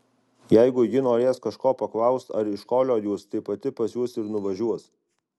jeigu ji norės kažko paklaust ar iškoliot juos tai pati pas juos ir nuvažiuos